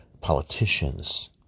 politicians